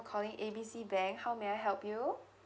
calling A B C bank how may I help you